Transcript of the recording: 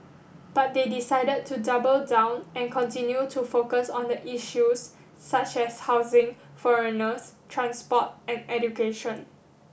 but they decided to double down and continue to focus on the issues such as housing foreigners transport and education